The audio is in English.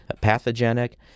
pathogenic